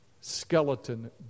skeleton